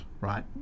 right